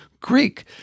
greek